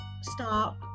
stop